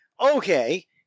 Okay